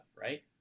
right